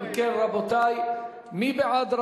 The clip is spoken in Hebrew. אם כן, רבותי, מי בעד?